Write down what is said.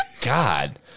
God